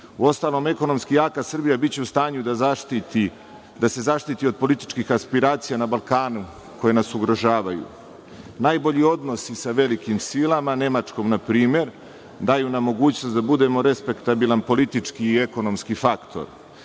interese. Uostalom, ekonomski jaka Srbija biće u stanju da se zaštiti od političkih aspiracija na Balkanu koje nas ugrožavaju. Najbolji odnosi sa velikim silama, Nemačkom na primer, daju nam mogućnost da budemo respektabilan politički i ekonomski faktor.